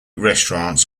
restaurants